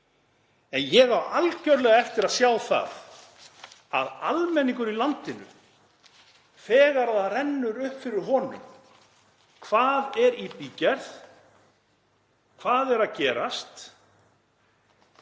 en ég á algjörlega eftir að sjá það að almenningur í landinu, þegar það rennur upp fyrir honum hvað er í bígerð, hvað er að gerast,